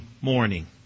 morning